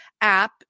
app